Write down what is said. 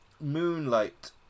Moonlight